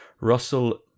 Russell